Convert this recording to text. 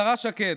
השרה שקד,